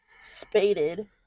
Spaded